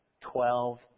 twelve